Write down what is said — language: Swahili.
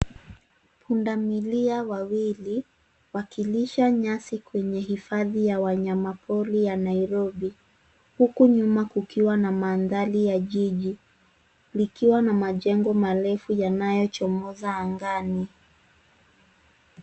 Pundamilia wawili wakilisha nyasi kwenye hifadhi ya wanyamapori ya Nairobi huku nyuma kukiwa na mandhari ya jiji likiwa na majengo marefu yanayochomoza angani.